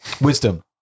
Wisdom